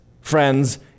friends